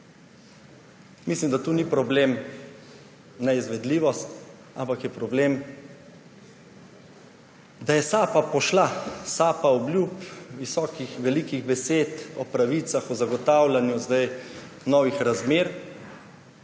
Mislim, da tukaj ni problem neizvedljivost, ampak je problem, da je pošla sapa, sapa obljub visokih in velikih besed o pravicah, o zagotavljanju sedaj novih razmer.